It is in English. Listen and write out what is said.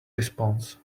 response